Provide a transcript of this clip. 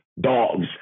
dogs